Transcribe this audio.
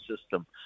system